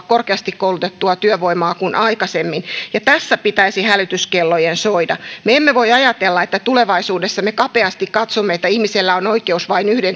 korkeasti koulutettua työvoimaa kuin aikaisemmin ja tässä pitäisi hälytyskellojen soida me emme voi ajatella että tulevaisuudessa me kapeasti katsomme että ihmisellä on oikeus vain yhteen